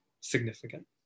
significant